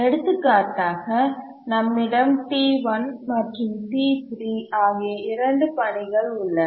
எடுத்துக்காட்டாக நம்மிடம் T1 மற்றும் T3 ஆகிய 2 பணிகள் உள்ளன